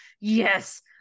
yes